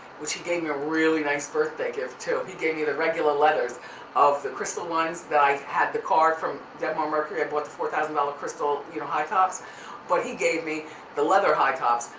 which he gave me a really nice birthday gift, too. he gave me the regular leathers of the crystal ones that i had the card from debmar mercury, i bought the four thousand dollar crystal, you know, high tops but he gave me the leather high tops,